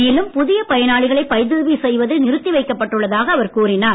மேலும் புதிய பயனாளிகளை பதிவு செய்வது நிறுத்தி வைக்கப்பட்டுள்ளதாகவும் கூறினார்